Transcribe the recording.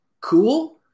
cool